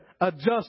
adjust